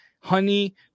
honey